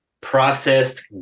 processed